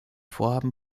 vorhaben